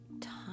time